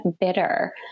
bitter